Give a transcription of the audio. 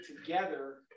together